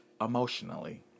emotionally